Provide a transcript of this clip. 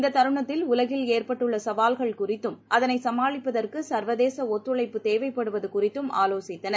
இந்த தருணத்தில் உலகில் ஏற்பட்டுள்ள சவால்கள் குறித்தும் அதனை சமாளிப்பதற்கு சர்வதேச ஒத்துழைப்பு தேவைப்படுவது குறித்தும் ஆவோசித்தனர்